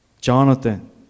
Jonathan